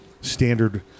standard